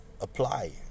apply